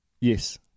Yes